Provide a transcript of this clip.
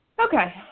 Okay